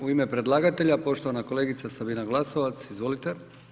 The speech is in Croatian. U ime predlagatelja, poštovana kolegica Sabina Glasovac, izvolite.